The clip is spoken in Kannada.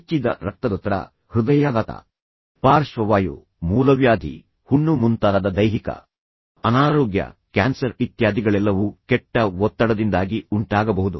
ಹೆಚ್ಚಿದ ರಕ್ತದೊತ್ತಡ ಹೃದಯಾಘಾತ ಪಾರ್ಶ್ವವಾಯು ಮೂಲವ್ಯಾಧಿ ಹುಣ್ಣು ಮುಂತಾದ ದೈಹಿಕ ಅನಾರೋಗ್ಯ ಕ್ಯಾನ್ಸರ್ ಇತ್ಯಾದಿಗಳೆಲ್ಲವೂ ಕೆಟ್ಟ ಒತ್ತಡದಿಂದಾಗಿ ಉಂಟಾಗಬಹುದು